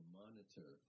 monitor